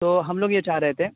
تو ہم لوگ یہ چاہ رہے تھے